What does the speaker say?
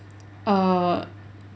err